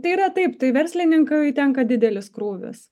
tai yra taip tai verslininkui tenka didelis krūvis